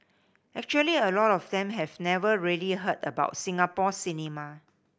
actually a lot of them have never really heard about Singapore cinema